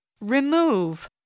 remove